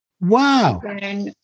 Wow